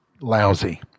lousy